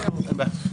אין בעיה.